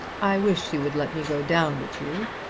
i wish you would let me go down with you.